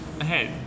ahead